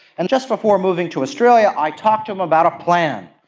and just before moving to australia i talked to them about a plan.